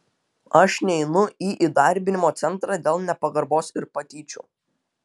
aš neinu į įdarbinimo centrą dėl nepagarbos ir patyčių